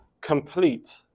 complete